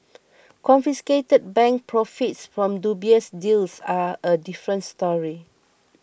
confiscated bank profits from dubious deals are a different story